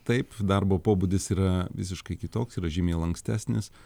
taip darbo pobūdis yra visiškai kitoks yra žymiai lankstesnis